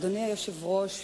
אדוני היושב-ראש,